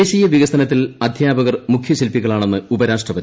ദേശീയ വികസനത്തിൽ അധ്യാപകർ മുഖ്യ ശില്പികളാണെന്ന് ന് ഉപരാഷ്ട്രപതി